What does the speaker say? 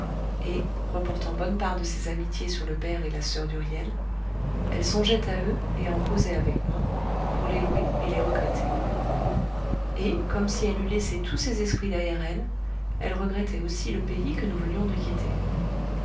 et reportant bonne part de ses amitiés sur le père et la soeur d'huriel elle songeait à eux et en causait avec moi pour les louer et les regretter et comme si elle eût laissé tous ses esprits derrière elle elle regrettait aussi le pays que nous venions de quitter